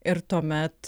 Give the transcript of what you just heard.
ir tuomet